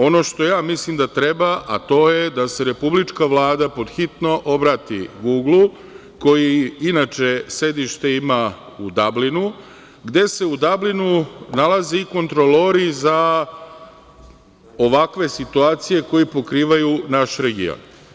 Ono što ja mislim da treba, a to je da se Republička vlada pod hitno obrati „Guglu“, koji inače sedište ima u Dablinu, gde se u Dablinu nalaze i kontrolori za ovakve situacije koje pokrivaju naš region.